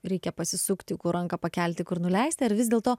reikia pasisukti kur ranką pakelti kur nuleisti ar vis dėlto